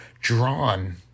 drawn